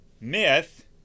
myth